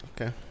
Okay